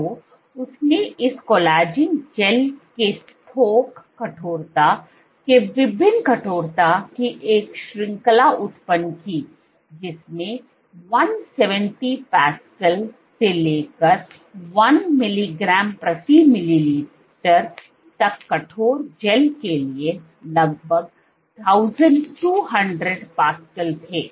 तो उसने इस कोलेजन जेल के थोक कठोरता के विभिन्न कठोरता की एक श्रृंखला उत्पन्न की जिसमें 170 पास्कल से लेकर 1 मिलीग्राम प्रति मिलीलीटर तक कठोर जैल के लिए लगभग 1200 पास्कल थे